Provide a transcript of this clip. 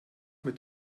mit